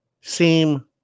seem